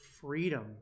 freedom